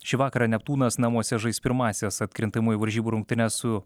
šį vakarą neptūnas namuose žais pirmąsias atkrintamųjų varžybų rungtynes su